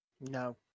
No